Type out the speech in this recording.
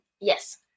Yes